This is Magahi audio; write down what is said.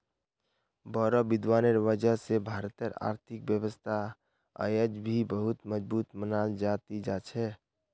बोड़ो विद्वानेर वजह स भारतेर आर्थिक व्यवस्था अयेज भी बहुत मजबूत मनाल जा ती जा छ